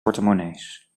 portemonnees